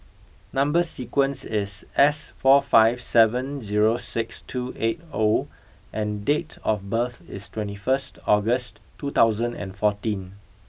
number sequence is S four five seven zero six two eight O and date of birth is twenty first August two thousand and fourteen